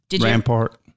Rampart